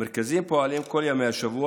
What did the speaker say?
המרכזים פועלים כל ימי השבוע,